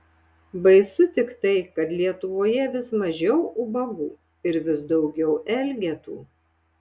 baisu tik tai kad lietuvoje vis mažiau ubagų ir vis daugiau elgetų